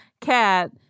cat